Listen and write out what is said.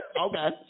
Okay